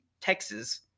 Texas